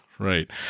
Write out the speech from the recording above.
Right